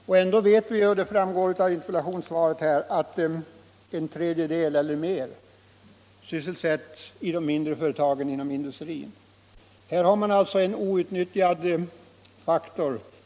Och vi vet — det framgår även av interpellationssvaret — att en tredjedel eller mer av de anställda inom industrin sysselsätts i de mindre företagen.